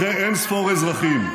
אחרי אין-ספור אזרחים,